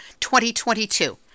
2022